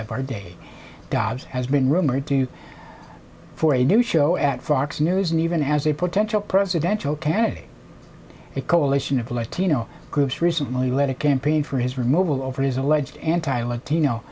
of our day dobbs has been rumored to do for a new show at fox news and even as a potential presidential candidate a coalition of latino groups recently led a campaign for his removal over his alleged anti l